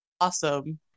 awesome